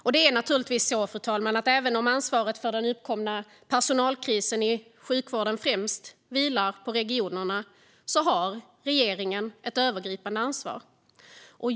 Och, fru talman, även om ansvaret för den uppkomna personalkrisen i sjukvården främst vilar på regionerna har regeringen naturligtvis ett övergripande ansvar.